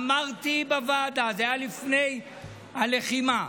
אמרתי בוועדה, זה היה לפני הלחימה,